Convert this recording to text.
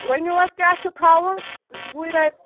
ؤنِو حظ کیٛاہ چھُ تھاوُن وُہہِ رۄپیہِ